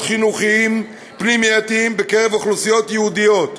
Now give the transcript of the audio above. חינוכיים פנימייתיים בקרב אוכלוסיות ייעודיות,